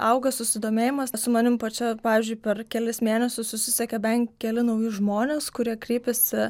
auga susidomėjimas su manim pačia pavyzdžiui per kelis mėnesius susisiekė ben keli nauji žmonės kurie kreipiasi